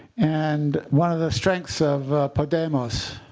and one of the strengths of podemos